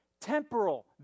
Temporal